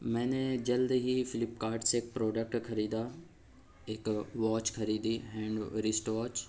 میں نے جلد ہی فلپ کارٹ سے ایک پروڈکٹ خریدا ایک واچ خریدی ہے ہینڈ رسٹ واچ